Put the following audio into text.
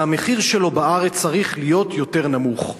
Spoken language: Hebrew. והמחיר שלו בארץ צריך להיות יותר נמוך.